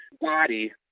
body